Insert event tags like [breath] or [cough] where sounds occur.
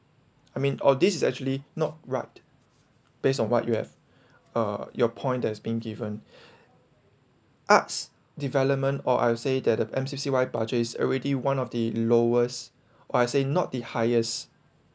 I mean or this is actually not right based on what you have uh your point that has been given [breath] arts development or I would say that the M_C_C_Y budget is already one of the lowest or I say not the highest